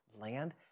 land